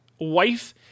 wife